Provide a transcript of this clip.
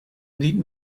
need